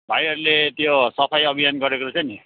भाइहरूले त्यो सफाई अभियान गरेको रहेछौ नि